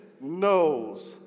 knows